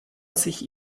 sich